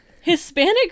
Hispanic